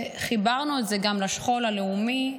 וחיברנו את זה גם לשכול הלאומי,